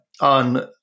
on